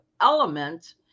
Element